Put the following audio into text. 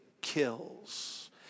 kills